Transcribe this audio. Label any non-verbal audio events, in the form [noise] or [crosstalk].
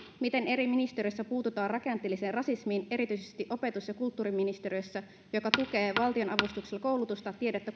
miten eri ministeriöissä puututaan rakenteelliseen rasismiin erityisesti opetus ja kulttuuriministeriössä joka tukee valtionavustuksilla koulutusta tiedettä [unintelligible]